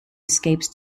escapes